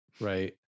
Right